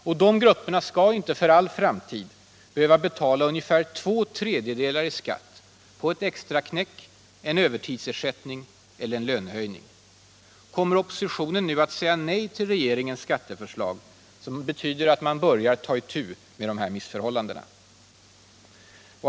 Och de grupperna skall inte för all framtid behöva betala ungefär två tredjedelar i skatt på ett extraknäck, en övertidsersättning eller en lönehöjning. Kommer oppositionen nu att säga nej till regeringens skatteförslag, som betyder att man börjar ta itu med dessa missförhållanden?